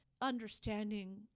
understanding